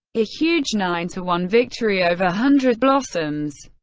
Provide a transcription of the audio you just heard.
a huge nine to one victory over hundred blossoms.